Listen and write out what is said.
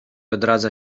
odradza